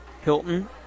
Hilton